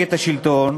ממפלגת השלטון